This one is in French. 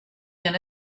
rien